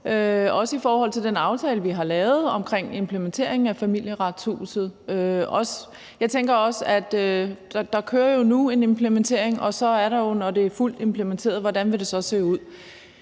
også i forhold til den aftale, vi har lavet omkring implementeringen af Familieretshuset? Jeg tænker også, at der jo nu kører en implementering, og når det så er fuldt implementeret, er der det med,